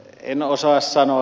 en osaa sanoa